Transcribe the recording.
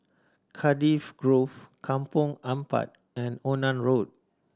Cardiff Grove Kampong Ampat and Onan Road